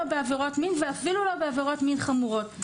בעבירות מין ואף לא בעבירות מין חמורות.